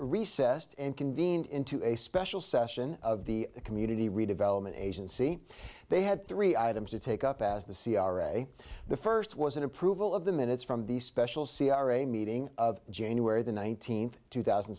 recessed and convened into a special session of the community redevelopment agency they had three items to take up as the c r a the first was an approval of the minutes from the special c r a meeting of january the nineteenth two thousand